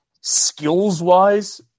skills-wise